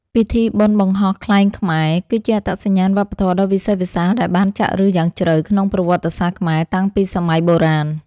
ពិធីបុណ្យបង្ហោះខ្លែងខ្មែរ គឺជាអត្តសញ្ញាណវប្បធម៌ដ៏វិសេសវិសាសដែលបានចាក់ឫសយ៉ាងជ្រៅក្នុងប្រវត្តិសាស្ត្រខ្មែរតាំងពីសម័យបុរាណ។